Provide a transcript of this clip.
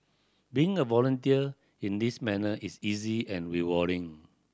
being a volunteer in this manner is easy and rewarding